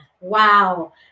Wow